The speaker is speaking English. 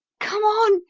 come on,